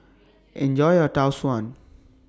Enjoy your Tau Suan